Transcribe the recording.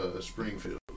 Springfield